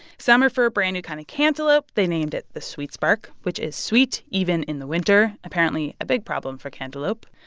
some are for a brand-new kind of cantaloupe. they named it the sweet spark, which is sweet even in the winter apparently, a big problem for cantaloupe.